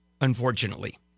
unfortunately